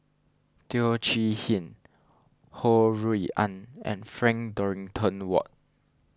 Teo Chee Hean Ho Rui An and Frank Dorrington Ward